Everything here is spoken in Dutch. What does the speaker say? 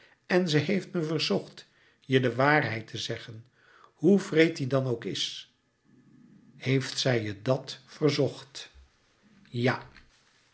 en ze heeft me verzocht je de waarheid te zeggen hoe wreed die dan ook is heeft zij je dat verzocht ja